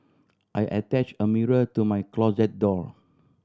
I attach a mirror to my closet door